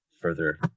further